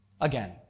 Again